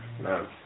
No